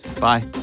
Bye